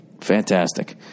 Fantastic